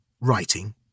writing